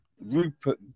rupert